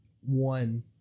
one